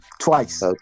twice